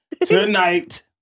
tonight